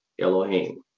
Elohim